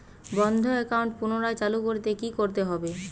বন্ধ একাউন্ট পুনরায় চালু করতে কি করতে হবে?